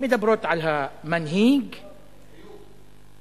מדברות על המנהיג, אתה מדבר על זה, היו.